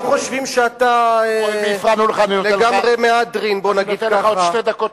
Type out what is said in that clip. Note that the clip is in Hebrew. ולא חושבים שאתה לגמרי מהדרין, בוא נגיד ככה.